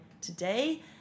today